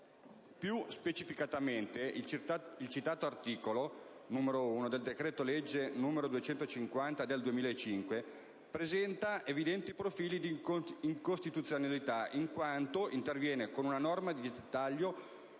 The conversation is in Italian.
Più specificamente, il citato articolo 1-*septies* del decreto-legge n. 250 del 2005 presenta evidenti profili di incostituzionalità in quanto interviene con una norma di dettaglio